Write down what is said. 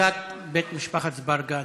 לוועדת הפנים והגנת הסביבה נתקבלה.